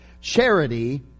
Charity